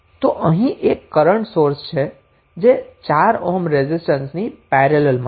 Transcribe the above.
તો અહીં એક કરન્ટ સોર્સ છે જે 4 ઓહ્મ રેઝિસ્ટન્સની પેરેલલમાં છે